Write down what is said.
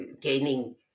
gaining